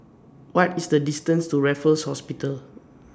What IS The distance to Raffles Hospital